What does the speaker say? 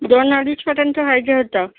दोन अडीचपर्यंत पाहिजे होतं